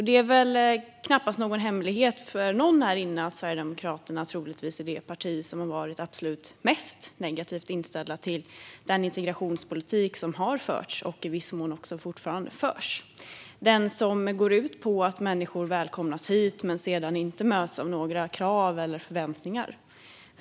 Det är väl knappast någon hemlighet för någon här inne att Sverigedemokraterna troligtvis är det parti som har varit absolut mest negativt inställt till den integrationspolitik som har förts och i viss mån fortfarande förs, som går ut på att människor välkomnas hit men sedan inte möts av några krav eller förväntningar.